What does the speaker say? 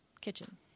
kitchen